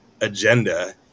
agenda